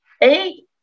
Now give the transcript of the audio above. Eight